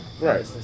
Right